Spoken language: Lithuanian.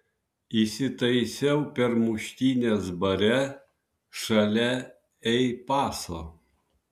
įsitaisiau per muštynes bare šalia ei paso